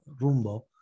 Rumbo